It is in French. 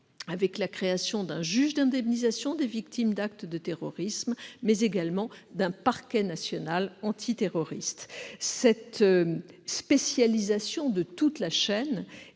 avec la création à la fois d'un juge de l'indemnisation des victimes d'actes de terrorisme et d'un parquet national antiterroriste. Cette spécialisation de toute la chaîne